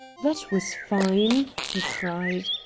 that was fine! he cried.